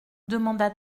demanda